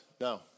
No